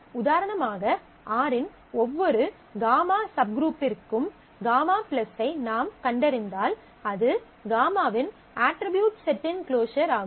உதாரணமாக R இன் ஒவ்வொரு γ சப்குரூப்பிற்கும் γ ஐ நாம் கண்டறிந்தால் அது γ இன் அட்ரிபியூட் செட்டின் க்ளோஸர் ஆகும்